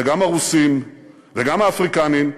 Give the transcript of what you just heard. וגם הרוסים וגם האפריקנים,